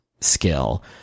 skill